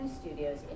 studios